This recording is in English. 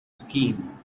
scheme